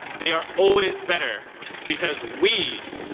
they are always better because we,